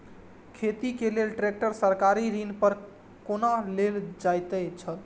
खेती के लेल ट्रेक्टर सरकारी ऋण पर कोना लेल जायत छल?